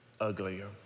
uglier